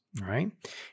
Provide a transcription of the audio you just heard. right